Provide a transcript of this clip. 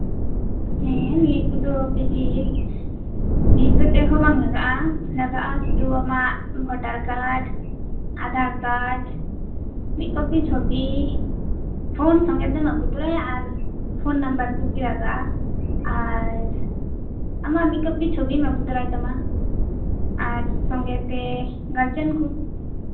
ᱱᱤᱭᱟᱹ ᱠᱚᱫᱚ ᱵᱮᱥᱤ ᱵᱮᱥᱤ ᱫᱚ ᱵᱟᱝ ᱞᱟᱜᱟᱜᱼᱟ ᱞᱟᱜᱟᱜᱼᱟ ᱥᱩᱫᱷᱩ ᱟᱢᱟᱜ ᱵᱷᱳᱴᱟᱨ ᱠᱟᱨᱰ ᱟᱫᱷᱟᱨ ᱠᱟᱨᱰ ᱢᱤᱫ ᱠᱚᱯᱤ ᱪᱷᱚᱵᱤ ᱯᱷᱚᱨᱚᱢ ᱥᱚᱝᱜᱮ ᱛᱮᱢ ᱟᱹᱜᱩ ᱛᱟᱨᱟᱭᱟ ᱟᱨ ᱯᱷᱳᱱ ᱱᱟᱢᱵᱟᱨ ᱠᱚᱜᱮ ᱞᱟᱜᱟᱜᱼᱟ ᱟᱨ ᱟᱢᱟᱜ ᱢᱤᱫ ᱠᱚᱯᱤ ᱪᱷᱚᱵᱤᱢ ᱟᱹᱜᱩ ᱛᱟᱨᱟᱭ ᱛᱟᱢᱟ ᱟᱨ ᱥᱚᱝᱜᱮ ᱛᱮ ᱜᱟᱨᱡᱮᱱ ᱠᱚ